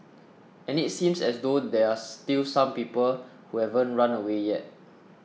and it seems as though there are still some people who haven't run away yet